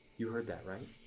you heard that, right?